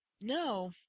No